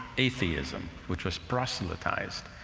atheism, which was proselytized.